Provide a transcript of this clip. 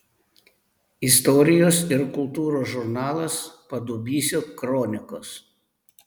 istorijos ir kultūros žurnalas padubysio kronikos